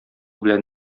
белән